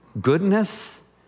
goodness